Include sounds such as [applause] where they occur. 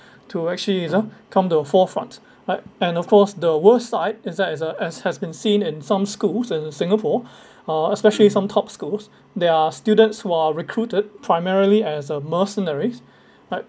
[breath] to actually ah come to a forefront right and of course the worst side is that it's uh as has been seen in some schools in singapore [breath] uh especially some top schools there are students who are recruited primarily as a mercenary right